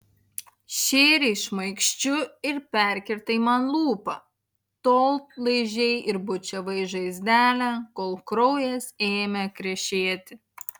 šėrei šmaikščiu ir perkirtai man lūpą tol laižei ir bučiavai žaizdelę kol kraujas ėmė krešėti